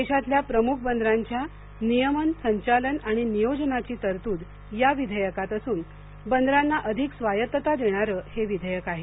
देशातल्या प्रमुख बंदरांच्या नियमन संचालन आणि नियोजनाची तरतूद या विधेयकात असून बंदरांना अधिक स्वायत्तता देणारं हे विधेयक आहे